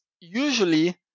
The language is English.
usually